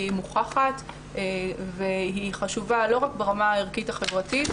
היא מוכחת והיא חשובה לא רק ברמה הערכית-החברתית